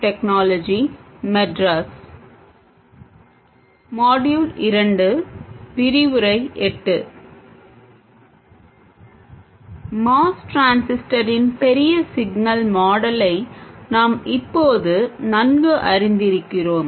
MOS டிரான்சிஸ்டரின் பெரிய signal மாடலை நாம் இப்போது நன்கு அறிந்திருக்கிறோம்